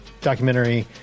Documentary